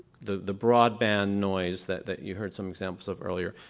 the the broadband noise that you heard some examples of earlier,